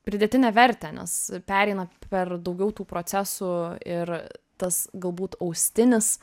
pridėtinę vertę nes pereina per daugiau tų procesų ir tas galbūt austinis